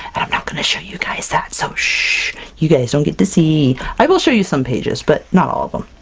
i'm not going to show you guys that! so, shhhh you guys don't get to see! i will show you some pages, but not all of them.